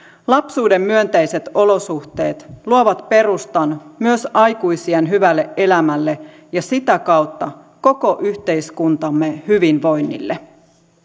lapsuuden myönteiset olosuhteet luovat perustan myös aikuisiän hyvälle elämälle ja sitä kautta koko yhteiskuntamme hyvinvoinnille